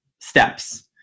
steps